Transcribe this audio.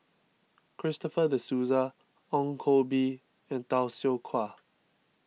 Christopher De Souza Ong Koh Bee and Tay Seow Huah